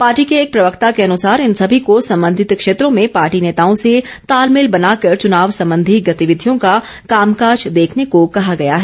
party के एक प्रवक्ता के अनुसार इन सभी को संबंधित क्षेत्रों में पार्टी नेताओं से तालमेल बनाकर चुनाव संबंधी गतिविधियों का कामकाज देखने को कहा गया है